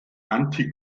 anti